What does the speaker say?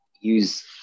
use